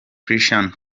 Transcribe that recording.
christian